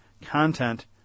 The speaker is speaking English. content